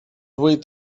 vuit